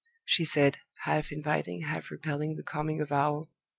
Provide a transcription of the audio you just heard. she said, half-inviting, half-repelling the coming avowal.